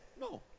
No